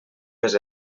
més